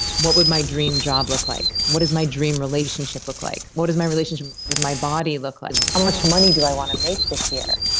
what would my dream job look like? what does my dream relationship look like? what does my relationship with my body look like? how much money do i want to make this year?